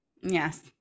Yes